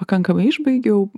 pakankamai išbaigiau